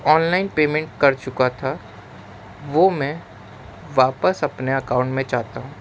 on line payment کر چکا تھا وہ میں واپس اپنے اکاؤنٹ میں چاہتا ہوں